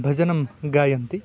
भजनं गायन्ति